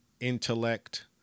intellect